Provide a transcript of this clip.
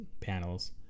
panels